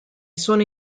sono